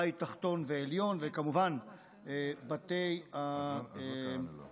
בית תחתון ועליון וכמובן בתי המשפט,